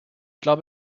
glaube